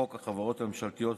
חוק החברות הממשלתיות,